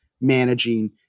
managing